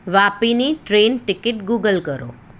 વાપીની train ticket Google કરો